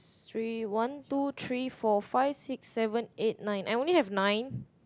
three one two three four five six seven eight nine I only have nine